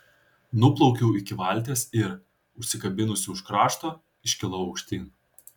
nuplaukiau iki valties ir užsikabinusi už krašto iškilau aukštyn